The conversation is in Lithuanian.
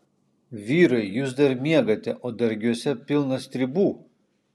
vyrai jūs dar miegate o dargiuose pilna stribų